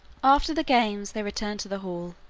after the games they returned to the hall,